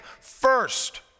first